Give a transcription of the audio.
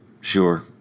Sure